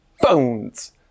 phones